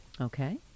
okay